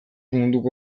munduko